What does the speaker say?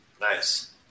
Nice